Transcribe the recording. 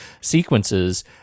sequences